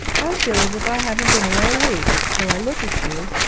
i feel as if i hadn't been away a week till i look at you.